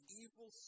evil